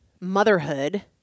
motherhood